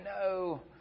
No